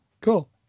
cool